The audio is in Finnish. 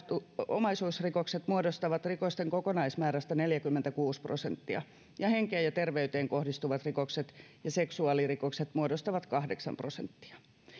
omaisuusrikokset muodostavat rikosten kokonaismäärästä neljäkymmentäkuusi prosenttia ja henkeen ja terveyteen kohdistuvat rikokset ja seksuaalirikokset muodostavat kahdeksan prosenttia